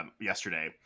yesterday